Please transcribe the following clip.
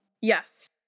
Yes